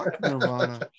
Nirvana